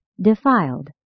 defiled